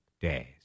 days